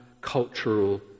cultural